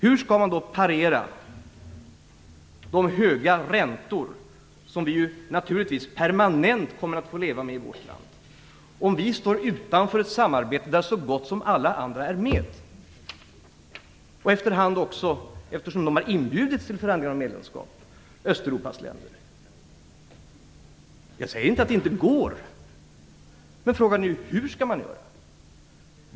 Hur skall man kunna parera de höga räntor som vi permanent kommer att få leva med i vårt land om vi står utanför ett samarbete där så gott som alla andra är med? Efter hand kommer ju också Österuropas länder att vara med eftersom de har inbjudits till förhandlingar om medlemskap. Jag säger inte att det inte går. Men frågan är hur man skall göra det.